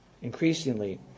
increasingly